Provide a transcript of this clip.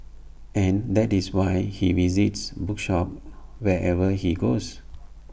and that is why he visits bookshops wherever he goes